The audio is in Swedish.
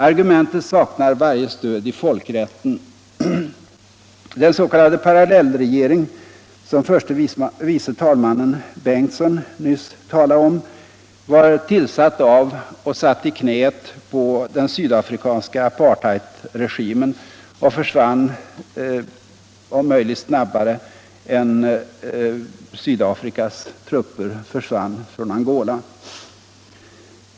Argumentet saknar varje stöd i folkrätten. Den s.k. ”andraregering” som förste vice talmannen Bengtson talade om för en stund sedan var tillsatt av och satt i knäet på den sydafrikanska apartheidregimen och försvann om möjligt snabbare än Sydafrikas trupper försvann från Angola.